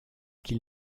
qu’il